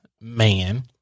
man